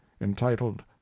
entitled